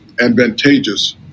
advantageous